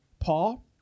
Paul